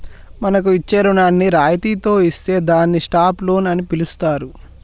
మనకు ఇచ్చే రుణాన్ని రాయితితో ఇత్తే దాన్ని స్టాప్ లోన్ అని పిలుత్తారు